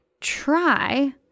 Try